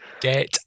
Get